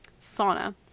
sauna